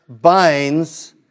binds